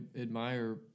admire